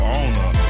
owner